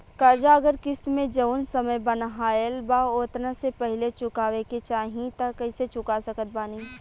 कर्जा अगर किश्त मे जऊन समय बनहाएल बा ओतना से पहिले चुकावे के चाहीं त कइसे चुका सकत बानी?